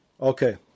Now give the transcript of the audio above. Okay